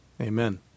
amen